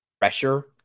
pressure